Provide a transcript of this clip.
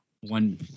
One